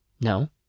No